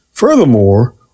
Furthermore